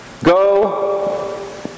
Go